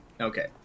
Okay